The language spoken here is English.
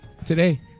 Today